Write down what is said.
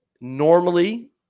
normally